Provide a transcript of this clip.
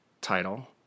Title